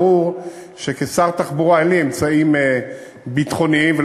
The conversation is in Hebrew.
ברור שכשר התחבורה אין לי אמצעים ביטחוניים לליווי,